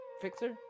fixer